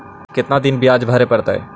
कितना दिन बियाज भरे परतैय?